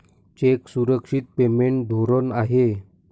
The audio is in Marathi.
चेक सुरक्षित पेमेंट धोरण आहे